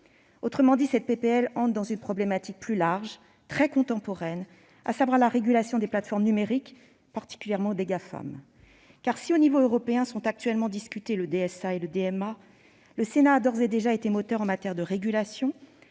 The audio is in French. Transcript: proposition de loi entre dans une problématique plus large, très contemporaine, à savoir la régulation des plateformes numériques, et singulièrement des Gafam. Si, au niveau européen, sont actuellement discutés le (DSA) et le (DMA), le Sénat a d'ores et déjà été moteur en matière de régulation,